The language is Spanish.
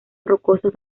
rocosos